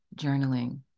journaling